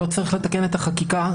לא צריך לתקן את החקיקה,